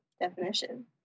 Definition